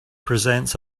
presents